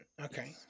Okay